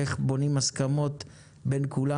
איך בונים הסכמות בין כולם.